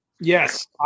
Yes